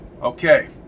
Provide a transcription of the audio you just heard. Okay